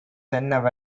தென்ன